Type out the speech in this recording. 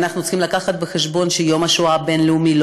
ואנחנו צריכים לקחת בחשבון שיום השואה הבין-לאומי,